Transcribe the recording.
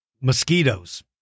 mosquitoes